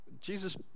Jesus